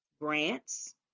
grants